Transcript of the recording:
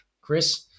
Chris